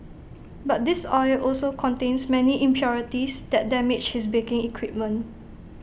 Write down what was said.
but this oil also contains many impurities that damage his baking equipment